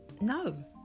no